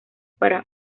para